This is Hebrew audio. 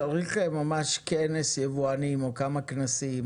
צריך ממש כנס יבואנים או כמה כנסים